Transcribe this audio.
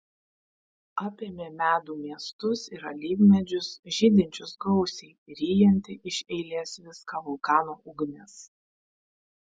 apėmė medų miestus ir alyvmedžius žydinčius gausiai ryjanti iš eilės viską vulkano ugnis